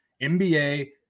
NBA